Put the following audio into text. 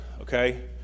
Okay